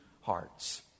hearts